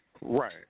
Right